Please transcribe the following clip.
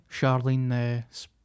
charlene